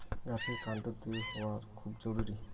গাছের কান্ড দৃঢ় হওয়া খুব জরুরি